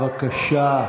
בבקשה, בבקשה.